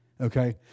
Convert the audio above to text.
okay